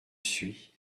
suis